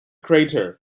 crater